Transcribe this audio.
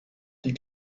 die